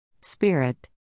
Spirit